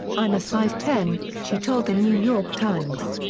i'm a size ten, she told the new york times.